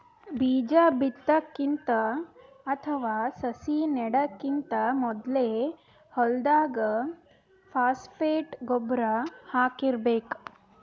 ಬೀಜಾ ಬಿತ್ತಕ್ಕಿಂತ ಅಥವಾ ಸಸಿ ನೆಡಕ್ಕಿಂತ್ ಮೊದ್ಲೇ ಹೊಲ್ದಾಗ ಫಾಸ್ಫೇಟ್ ಗೊಬ್ಬರ್ ಹಾಕಿರ್ಬೇಕ್